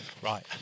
Right